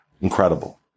Incredible